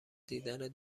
دیدن